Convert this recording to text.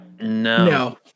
No